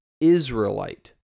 israelite